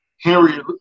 Henry